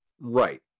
Right